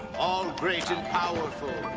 all great and powerful.